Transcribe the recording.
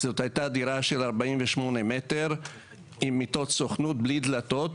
זאת הייתה דירה של 48 מטר עם מיטות סוכנות בלי דלתות,